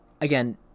Again